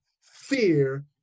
fear